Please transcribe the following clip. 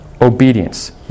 obedience